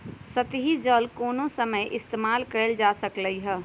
सतही जल कोनो समय इस्तेमाल कएल जा सकलई हई